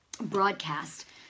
broadcast